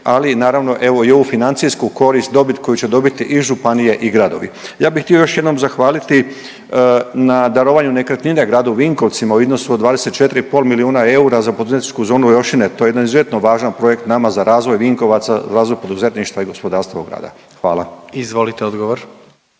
ali naravno evo i ovu financijsku korist, dobit koju će dobiti i županije i gradovi. Ja bi htio još jednom zahvaliti na darovanju nekretnine gradu Vinkovcima u iznosu od 24,5 miliona eura za poduzetničku zonu Jošine. To je jedan izuzetno važan projekt nama za razvoj Vinkovaca, razvoj poduzetništva i gospodarstva ovog grada. Hvala. **Jandroković,